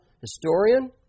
historian